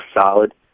solid